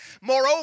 moreover